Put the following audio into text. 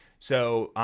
so,